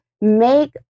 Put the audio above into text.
make